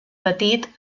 petit